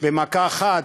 במכה אחת,